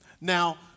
Now